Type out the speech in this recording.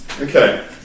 Okay